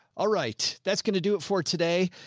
all right, that's going to do it for today.